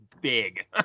big